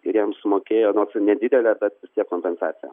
ir jam sumokėjo nors ir nedidelę bet vis tiek kompensaciją